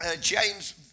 James